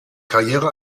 karriere